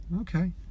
Okay